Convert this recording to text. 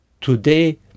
Today